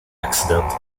accident